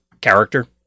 character